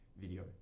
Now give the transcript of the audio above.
Video